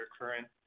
current